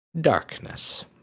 darkness